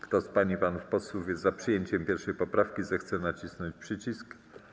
Kto z pań i panów posłów jest za przyjęciem 1. poprawki, zechce nacisnąć przycisk.